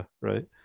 right